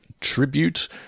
tribute